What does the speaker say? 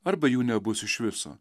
arba jų nebus iš viso